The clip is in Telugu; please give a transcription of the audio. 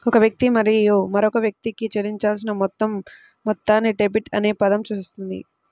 ఒక వ్యక్తి మరియు మరొక వ్యక్తికి చెల్లించాల్సిన మొత్తం మొత్తాన్ని డెట్ అనే పదం సూచిస్తుంది